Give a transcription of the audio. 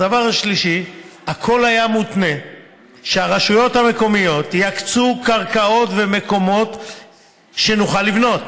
הכול היה מותנה בכך שהרשויות המקומיות יקצו קרקעות ומקומות שנוכל לבנות.